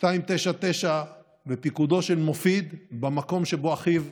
299 בפיקודו של מופיד במקום שבו אחיו נפל.